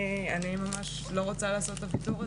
אני ממש לא רוצה לעשות את הוויתור הזה.